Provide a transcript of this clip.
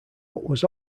was